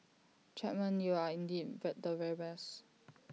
Chapman you are indeed the very best